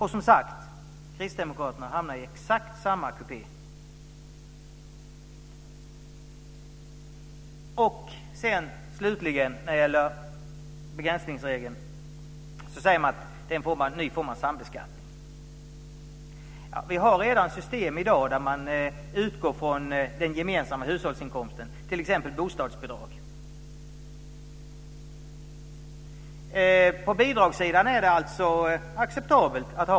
Och Kristdemokraterna hamnar, som sagt, i exakt samma kupé. När det gäller begränsningsregeln säger man att det är en ny form av sambeskattning.